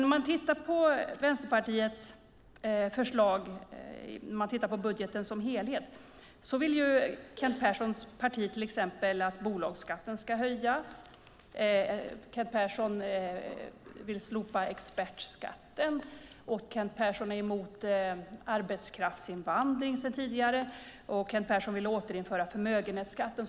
Om man tittar på Vänsterpartiets förslag i budgeten som helhet ser man att Kent Perssons parti till exempel vill att bolagsskatten ska höjas. Han vill slopa expertskatten. Han är emot arbetskraftsinvandring sedan tidigare. Han vill återinföra förmögenhetsskatten.